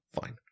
Fine